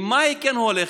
עם מה היא כן הולכת?